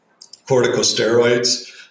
corticosteroids